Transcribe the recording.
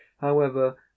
However